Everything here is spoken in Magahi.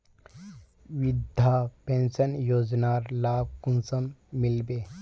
वृद्धा पेंशन योजनार लाभ कुंसम मिलबे?